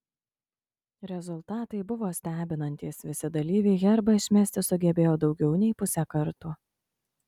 rezultatai buvo stebinantys visi dalyviai herbą išmesti sugebėjo daugiau nei pusę kartų